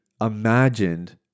imagined